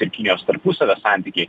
ir kinijos tarpusavio santykiai